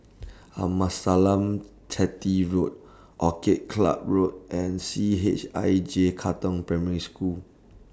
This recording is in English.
Amasalam Chetty Road Orchid Club Road and C H I J Katong Primary School